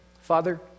Father